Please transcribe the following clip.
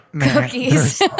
Cookies